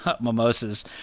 Mimosas